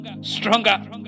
stronger